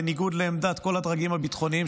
בניגוד לעמדת כל הדרגים הביטחוניים,